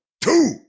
two